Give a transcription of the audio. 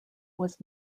was